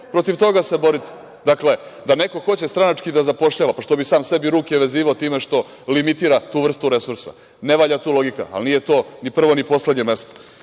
protiv toga borite. Dakle, da neko hoće stranački da zapošljava, pa što bi sam sebi ruke vezivao time što limitira tu vrstu resursa. Ne valja tu logika, ali nije to ni prvo, ni poslednje mesto. Šta